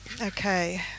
Okay